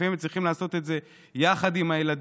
לפעמים צריכים לעשות את זה יחד עם הילדים,